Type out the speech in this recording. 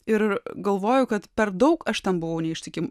ir galvoju kad per daug aš ten buvau neištikima